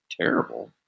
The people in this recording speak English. terrible